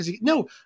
No